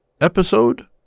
episode